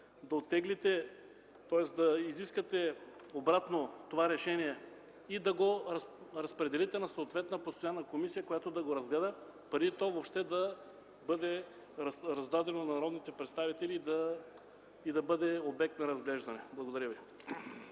да бъде преустановена, да изискате обратно това решение и да го разпределите на съответна постоянна комисия, която да го разгледа преди то въобще да бъде раздадено на народните представители и да бъде обект на разглеждане. Благодаря Ви.